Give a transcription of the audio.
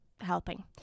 helping